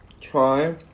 try